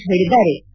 ಮಹೇಶ್ ಹೇಳಿದ್ದಾರೆ